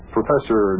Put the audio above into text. Professor